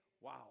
wow